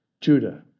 Judah